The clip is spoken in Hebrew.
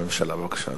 בבקשה, אדוני.